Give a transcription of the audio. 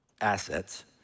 assets